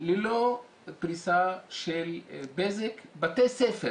ללא פריסה של בזק, בתי ספר